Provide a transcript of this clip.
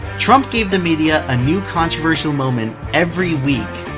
trump gave the media a new controversial moment every week.